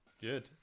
Good